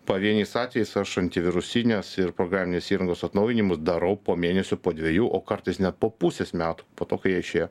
pavieniais atvejais aš antivirusinės ir programinės įrangos atnaujinimus darau po mėnesio po dvejų o kartais net po pusės metų po to kai jie išėjo